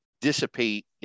dissipate